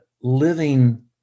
living